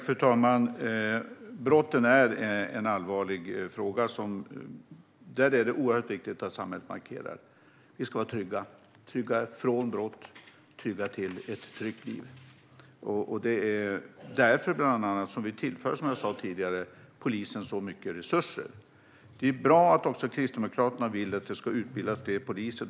Fru talman! Brotten är en allvarlig fråga. Det är oerhört viktigt att samhället markerar mot det. Vi ska vara trygga från brott och ha ett tryggt liv. Det är bland annat därför vi tillför polisen så mycket resurser, som jag sa tidigare. Det är bra att också Kristdemokraterna vill att fler poliser ska utbildas.